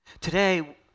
Today